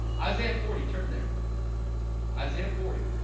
isaiah forty turn there isaiah forty